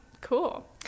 Cool